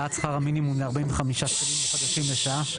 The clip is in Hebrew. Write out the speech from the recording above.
העלאת שכר המינימום ל-45 שקלים חדשים לשעה.